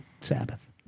Sabbath